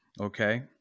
Okay